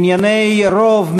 ענייני רוב,